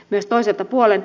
myös toiselta puolen